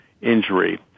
injury